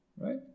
Right